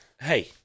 Hey